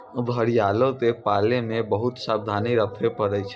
घड़ियालो के पालै मे बहुते सावधानी रक्खे पड़ै छै